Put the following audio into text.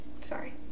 Sorry